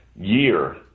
year